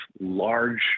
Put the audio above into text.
large